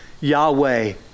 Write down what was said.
Yahweh